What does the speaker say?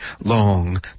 long